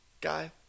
Guy